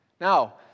Now